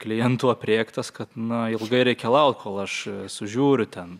klientų aprėktas kad na ilgai reikia laukt kol aš sužiūriu ten